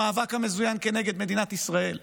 במאבק המזוין כנגד מדינת ישראל.